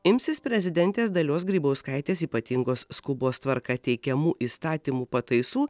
imsis prezidentės dalios grybauskaitės ypatingos skubos tvarka teikiamų įstatymų pataisų